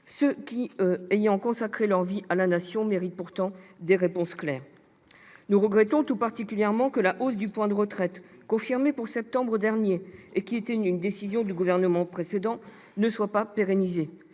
ceux qui, ayant consacré leur vie à la Nation, méritent pourtant des réponses claires. Nous regrettons tout particulièrement que la hausse du point de retraite, confirmée pour septembre dernier- et qui était une décision du Gouvernement précédent -ne soit pas pérennisée,